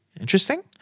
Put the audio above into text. Interesting